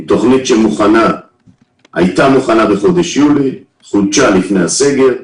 היא תכנית שהייתה מוכנה בחודש יולי וחודשה לפני הסגר,